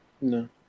No